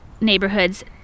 neighborhood's